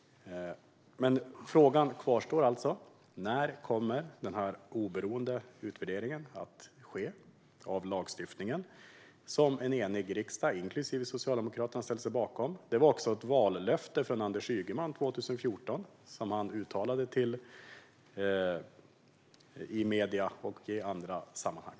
Min fråga kvarstår: När kommer den oberoende utvärderingen av lagstiftningen att ske, som en enig riksdag, inklusive Socialdemokraterna, ställer sig bakom? Det var också ett vallöfte från Anders Ygeman 2014 som han uttalade i medierna och i andra sammanhang.